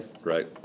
right